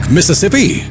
Mississippi